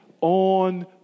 on